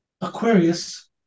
Aquarius